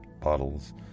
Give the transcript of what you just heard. bottles